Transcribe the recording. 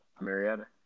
Marietta